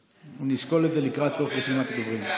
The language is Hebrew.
נשקול את זה לקראת סוף רשימת הדוברים.